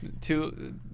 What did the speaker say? Two